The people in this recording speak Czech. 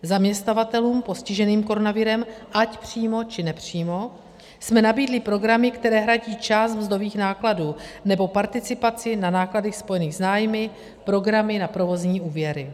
Zaměstnavatelům postiženým koronavirem ať přímo, či nepřímo, jsme nabídli programy, které hradí část mzdových nákladů nebo participaci na nákladech spojených s nájmy, programy na provozní úvěry.